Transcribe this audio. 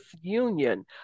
union